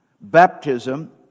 baptism